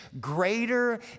greater